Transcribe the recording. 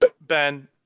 Ben